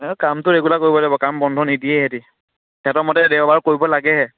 এই কামটো ৰেগুলাৰ কৰিব লাগিব কাম বন্ধ নিদিয়ে সিহঁতি সিহঁতৰ মতে দেওবাৰেও কৰিব লাগেহে